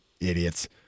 Idiots